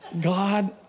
God